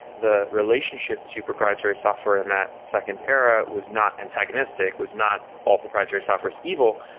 the relationship to proprietary software in that second era was not antagonistic, was not all proprietary software as evil.